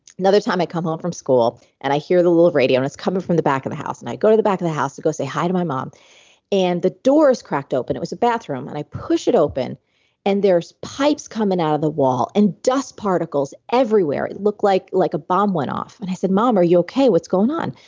another time i come home from school and i hear the little radio and it's coming from the back of the house and i go to the back of the house to go say, hi to my mom and the door is cracked open. it was the bathroom and i push it open and there's pipes coming out of the wall and dust particles everywhere. it looked like like a bomb went off. and i said, mom, are you okay? what's going on?